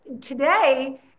today